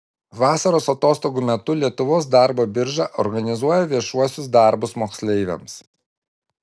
vasaros atostogų metu lietuvos darbo birža organizuoja viešuosius darbus moksleiviams